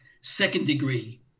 second-degree